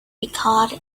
because